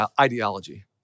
ideology